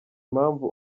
impamvu